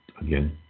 again